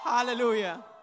Hallelujah